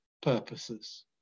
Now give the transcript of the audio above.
purposes